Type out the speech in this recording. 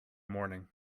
morning